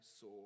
saw